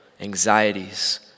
anxieties